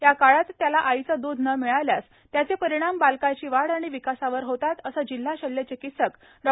या काळात त्याला आईचे दूध न मिळाल्यास त्याचे परिणाम बालकाची वाढ आणि विकासावर होतात असे जिल्हा शल्यचिकित्सक डॉ